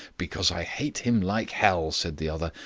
because i hate him like hell, said the other,